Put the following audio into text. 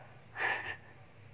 ppl